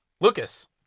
Lucas